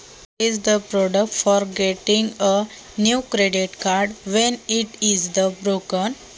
Credit card तुटल्यास नवीन मिळवण्याची प्रक्रिया काय आहे?